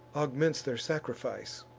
augments their sacrifice,